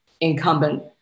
incumbent